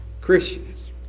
Christians